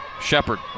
Shepard